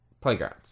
playgrounds